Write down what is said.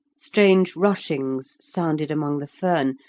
strange rushings sounded among the fern,